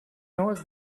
knows